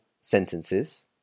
sentences